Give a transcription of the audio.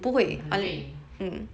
很累